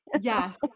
yes